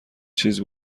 چیز